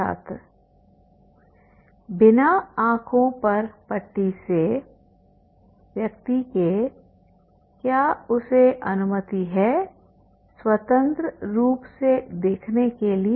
छात्र बिना आंखों पर पट्टी से व्यक्ति के क्या उसे अनुमति है स्वतंत्र रूप देखने के लिए